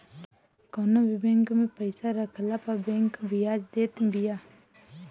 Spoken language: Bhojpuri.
कवनो भी बैंक में पईसा रखला पअ बैंक बियाज देत बिया